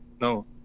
No